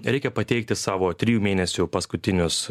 reikia pateikti savo trijų mėnesių paskutinius